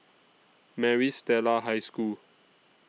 Maris Stella High School